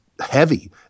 Heavy